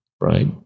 right